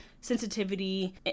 sensitivity